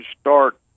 start